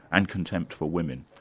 and contempt for women.